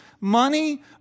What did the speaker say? money